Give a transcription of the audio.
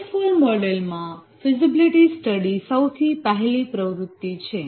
waterfall model માં feasibility study સૌથી પહેલી પ્રવૃત્તિ છે